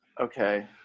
Okay